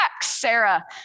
Sarah